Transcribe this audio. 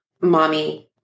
mommy